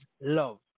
love